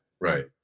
Right